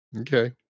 Okay